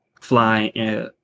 fly